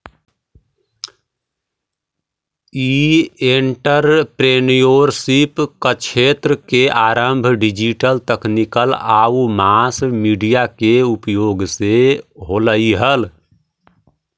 ई entrepreneurship क्क्षेत्र के आरंभ डिजिटल तकनीक आउ मास मीडिया के उपयोग से होलइ हल